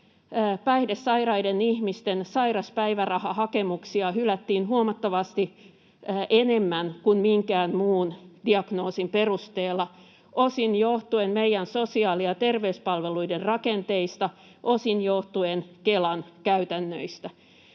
päihdesairaiden ihmisten sairauspäivärahahakemuksia hylättiin huomattavasti enemmän kuin minkään muun diagnoosin perusteella, osin johtuen meidän sosiaali‑ ja terveyspalveluiden rakenteista, osin johtuen Kelan käytännöistä.